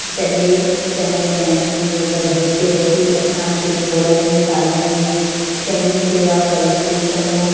छॾे चङो टाइम थियो पर हिते अची असांखे थोरनि ई सालनि में चङी सेवा कईसे चङो